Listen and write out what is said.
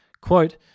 Quote